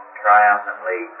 triumphantly